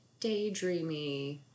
daydreamy